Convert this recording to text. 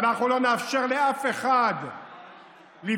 ואנחנו לא נאפשר לאף אחד לפגוע.